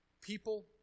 people